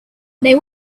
they